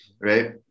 right